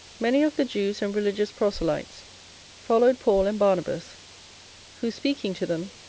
many of the jews and religious proselytes followed paul and barnabas who, speaking to them,